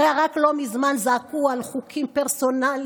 הרי רק לא מזמן זעקו על חוקים פרסונליים.